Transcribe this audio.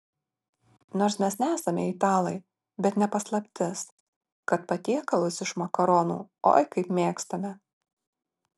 nors mes nesame italai bet ne paslaptis kad patiekalus iš makaronų oi kaip mėgstame